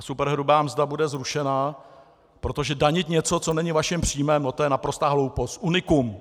Superhrubá mzda bude zrušena, protože danit něco, co není vaším příjmem, je naprostá hloupost unikum.